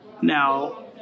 Now